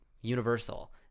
universal